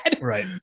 Right